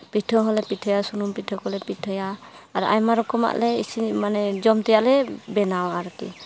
ᱯᱤᱴᱷᱟᱹ ᱦᱚᱸᱞᱮ ᱯᱤᱴᱷᱟᱹᱭᱟ ᱥᱩᱱᱩᱢ ᱯᱤᱴᱷᱟᱹ ᱠᱚᱞᱮ ᱯᱤᱴᱷᱟᱹᱭᱟ ᱟᱨ ᱟᱭᱢᱟ ᱨᱚᱠᱚᱢᱟᱜ ᱞᱮ ᱤᱥᱤᱱ ᱢᱟᱱᱮ ᱡᱚᱢ ᱛᱮᱭᱟᱜ ᱞᱮ ᱵᱮᱱᱟᱣᱟ ᱟᱨᱠᱤ